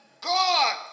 God